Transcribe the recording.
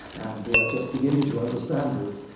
and we are just beginning to understand it.